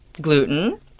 gluten